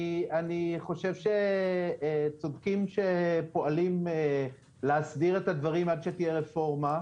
אני חושב שצודקים שפועלים להסדיר את הדברים עד שתהיה רפורמה.